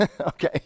Okay